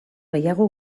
gehiago